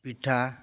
ପିଠା